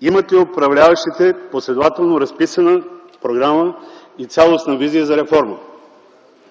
Имат ли управляващите последователно разписана програма и цялостна визия за реформа?